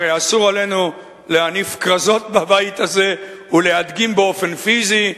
הרי אסור לנו להניף כרזות בבית הזה ולהדגים באופן פיזי.